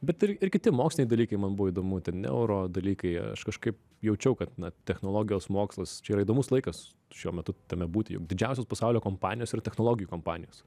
bet ir ir kiti moksliniai dalykai buvo įdomu ten neuro dalykai aš kažkaip jaučiau kad na technologijos mokslas čia yra įdomus laikas šiuo metu tame būti juk didžiausios pasaulio kompanijos yra technologijų kompanijos